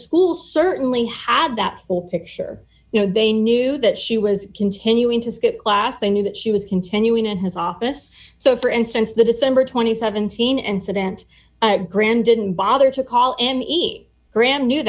school certainly had that full picture you know they knew that she was continuing to skip class they knew that she was continuing in his office so for instance the december th teen incident grand didn't bother to call him even graham knew